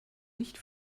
nicht